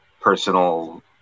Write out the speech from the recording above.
personal